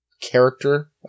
Character